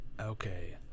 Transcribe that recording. Okay